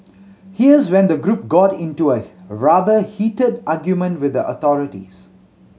here's when the group got into a rather heated argument with the authorities